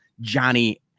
Johnny